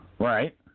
Right